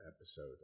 episode